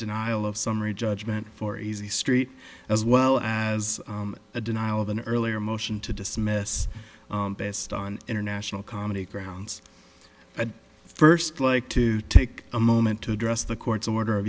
denial of summary judgment for easy street as well as a denial of an earlier motion to dismiss based on international comedy grounds at first like to take a moment to address the court's order of